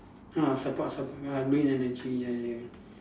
ah support support uh green energy ya ya